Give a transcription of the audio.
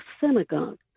synagogue